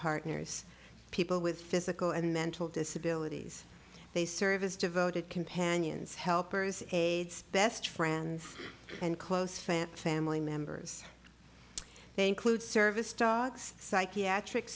partners people with physical and mental disabilities they serve as devoted companions helpers best friends and close fan family members they include service dogs psychiatric